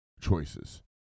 choices